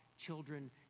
children